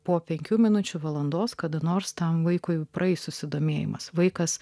po penkių minučių valandos kada nors tam vaikui praeis susidomėjimas vaikas